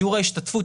שיעור ההשתתפות,